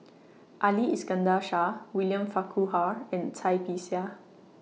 Ali Iskandar Shah William Farquhar and Cai Bixia